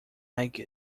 like